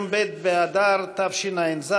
היום ב' באדר התשע"ז,